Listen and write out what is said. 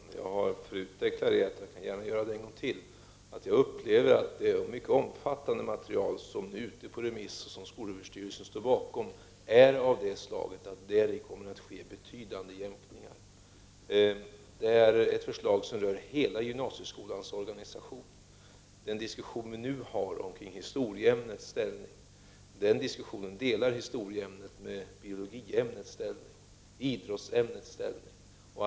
Herr talman! Jag har förut deklarerat och skall gärna göra det en gång till, att det är ett mycket omfattande material från skolöverstyrelsen som är ute på remiss och att det är av det slaget att det däri kommer att ske betydande jämkningar. Det är ett förslag som rör hela gymnasieskolans organisation. En sådan diskussion som den vi nu har omkring historieämnets ställning förs också beträffande biologiämnets och idrottsämnets ställning.